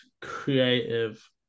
creative